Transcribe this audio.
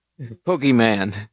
Pokemon